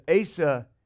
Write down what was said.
Asa